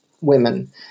women